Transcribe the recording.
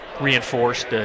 reinforced